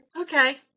Okay